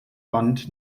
wand